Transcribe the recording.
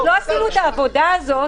עוד לא עשינו את העבודה הזאת,